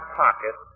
pocket